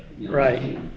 Right